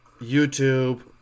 YouTube